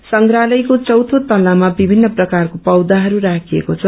संग्रालयक्रो चौथो तत्लामा विभिन्न प्रकारको पौधाइरू राखिएको छ